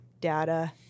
Data